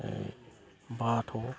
ओइ बाथ'